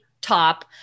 top